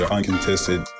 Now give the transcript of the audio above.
Uncontested